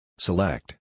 SELECT